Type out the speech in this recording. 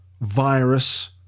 virus